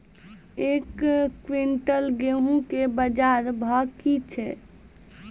एक क्विंटल गेहूँ के बाजार भाव की छ?